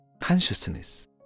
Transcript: Consciousness